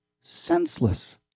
senseless